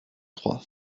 trois